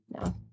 No